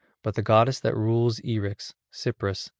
but the goddess that rules eryx, cypris,